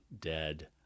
dead